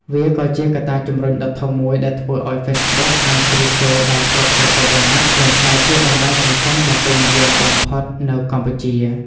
វាក៏ជាកត្តាជំរុញដ៏ធំមួយដែលធ្វើឱ្យហ្វេសប៊ុកអាចជ្រៀតចូលដល់គ្រប់ស្រទាប់វណ្ណៈ និងក្លាយជាបណ្តាញសង្គមដ៏ពេញនិយមបំផុតនៅកម្ពុជា។